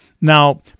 Now